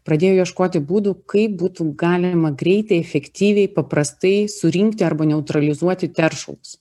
pradėjo ieškoti būdų kaip būtų galima greitai efektyviai paprastai surinkti arba neutralizuoti teršalus